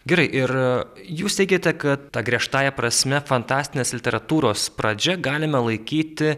gerai ir jūs teigėte kad ta griežtąja prasme fantastinės literatūros pradžia galime laikyti